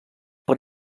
per